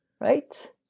Right